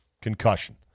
concussion